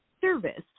service